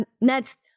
Next